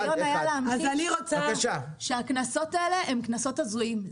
הרעיון היה להמחיש שהקנסות האלה הם קנסות הזויים.